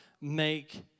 make